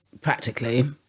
practically